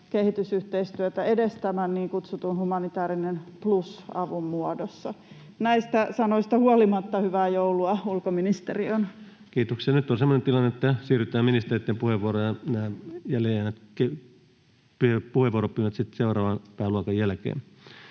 kehitysyhteistyötä edes tämän niin kutsutun humanitäärinen plus ‑avun muodossa? Näistä sanoista huolimatta — hyvää joulua ulkoministeriöön. Kiitoksia. — Nyt on semmoinen tilanne, että siirrytään ministereiden puheenvuoroihin, ja nämä jäljelle